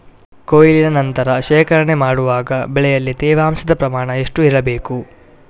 ಕೊಯ್ಲಿನ ನಂತರ ಶೇಖರಣೆ ಮಾಡುವಾಗ ಬೆಳೆಯಲ್ಲಿ ತೇವಾಂಶದ ಪ್ರಮಾಣ ಎಷ್ಟು ಇರಬೇಕು?